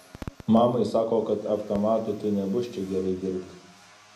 mamai sako kad avtamatu tai nebus čia gerai dirbti